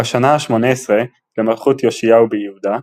בשנה ה-18 למלכות יאשיהו ביהודה,